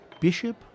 Bishop